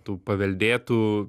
tų paveldėtų